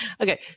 Okay